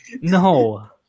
No